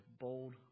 bold